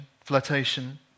flirtation